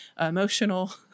emotional